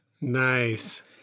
Nice